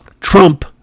Trump